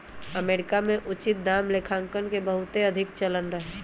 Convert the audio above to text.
America में उचित दाम लेखांकन के बहुते अधिक चलन रहै